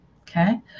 Okay